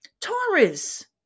Taurus